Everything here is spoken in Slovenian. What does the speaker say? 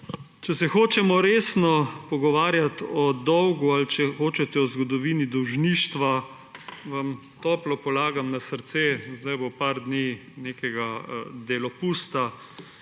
Če se hočemo resno pogovarjati o dolgu ali če hočete o zgodovini dolžništva, vam toplo polagam na srce, zdaj bo nekaj dni delopusta,